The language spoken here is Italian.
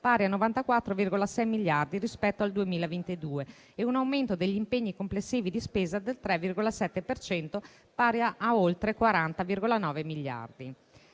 pari a 94,6 miliardi rispetto al 2022, e un aumento degli impegni complessivi di spesa del 3,7 per cento, pari a oltre 40,9 miliardi.